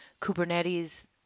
Kubernetes